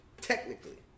Technically